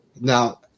Now